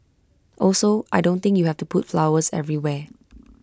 also I don't think you have to put flowers everywhere